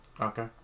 Okay